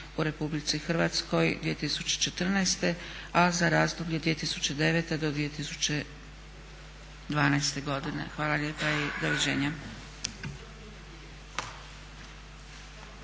u RH 2014. a za razdoblje 2009. do 2012. godine. Hvala lijepa i doviđenja.